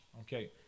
okay